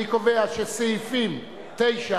אני קובע שסעיפים 9 26,